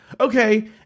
okay